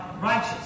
righteous